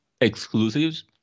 exclusives